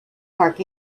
park